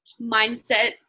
mindset